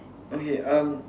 okay uh